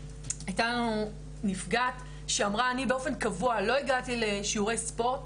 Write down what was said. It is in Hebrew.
הייתה לנו נפגעת שאמרה "אני באופן קבוע לא הגעתי לשיעורי ספורט,